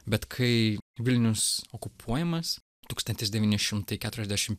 bet kai vilnius okupuojamas tūkstantis devyni šimtai keturiasdešim